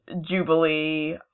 Jubilee